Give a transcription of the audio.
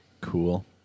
Cool